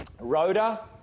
Rhoda